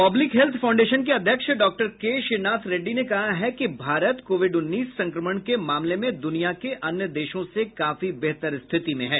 public health foundation के अध्यक्ष doctor K Srinath Reddy ने कहा है कि भारत कोविड उन्नीस संक्रमण के मामले में दुनिया के अन्य देशों से काफी बेहतर स्थिति में है